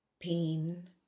Pain